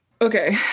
Okay